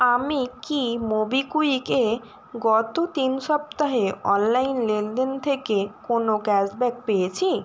আমি কি মোবিকুইকে গত তিন সপ্তাহে অনলাইন লেনদেন থেকে কোনও ক্যাশব্যাক পেয়েছি